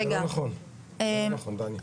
לא, זה לא נכון, זה לא נכון דניאל.